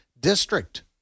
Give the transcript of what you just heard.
district